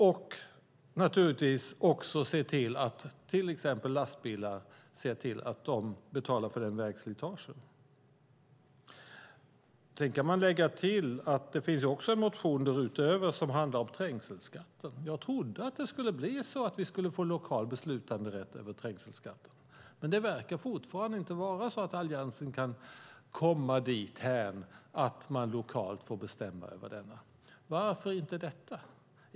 Vi ska naturligtvis också se till att till exempel lastbilar betalar för vägslitage. Jag kan lägga till att det finns en motion därutöver som handlar om trängselskatten. Jag trodde att vi skulle få lokal beslutanderätt över trängselskatten, men det verkar fortfarande inte vara så att Alliansen kan komma dithän att man lokalt får bestämma över denna. Varför inte detta?